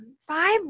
Five